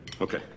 Okay